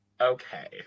Okay